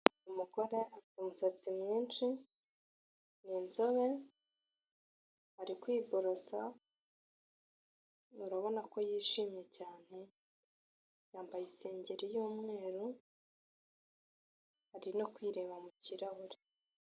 Umugore afite umusatsi mwishi, ni inzobe, ari kwiborosa, urabona ko yishimye cyane, yambaye isengeri y'umweru, ari no kwireba mu kirahure.